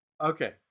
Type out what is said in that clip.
Okay